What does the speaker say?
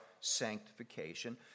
sanctification